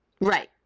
Right